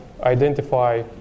identify